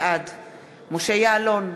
בעד משה יעלון,